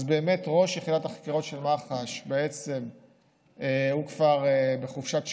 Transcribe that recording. אז באמת ראש יחידת החקירות של מח"ש כבר בחופשת שחרור,